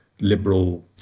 liberal